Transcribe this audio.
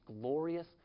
glorious